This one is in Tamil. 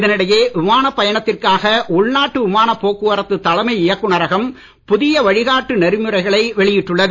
இதனிடையே விமான பயணத்திற்காக உள்நாட்டு விமான போக்குவரத்து தலைமை இயக்குநரகம் புதிய வழிகாட்டி நெறிமுறைகளை வெளியிட்டுள்ளது